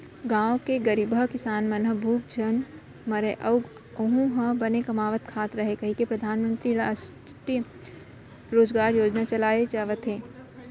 गाँव के गरीबहा किसान मन ह भूख झन मरय अउ ओहूँ ह बने कमावत खात रहय कहिके परधानमंतरी रास्टीय रोजगार योजना चलाए जावत हे